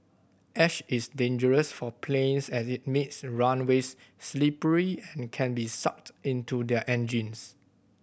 ash is dangerous for planes as it makes runaways slippery and can be sucked into their engines